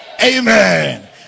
amen